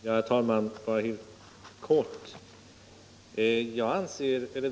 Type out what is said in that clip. Herr talman! Bara helt kort.